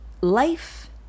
life